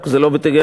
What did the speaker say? רק זה לא בטהרן.